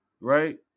right